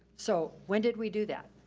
so, when did we do that?